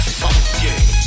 funky